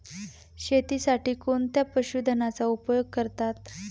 शेतीसाठी कोणत्या पशुधनाचा उपयोग करतात?